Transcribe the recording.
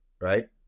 right